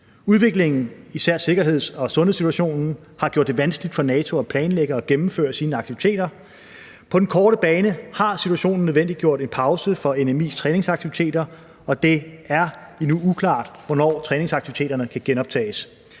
Udviklingen, især sikkerheds- og sundhedssituationen, har gjort det vanskeligt for NATO at planlægge og gennemføre sine aktiviteter. På den korte bane har situationen nødvendiggjort en pause for NMI's træningsaktiviteter, og det er endnu uklart, hvornår træningsaktiviteterne kan genoptages.